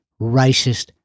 racist